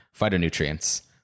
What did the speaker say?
phytonutrients